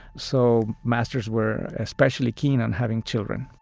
so masters were especially keen on having children